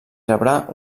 rebrà